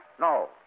No